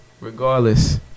regardless